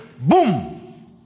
Boom